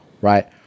Right